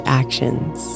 actions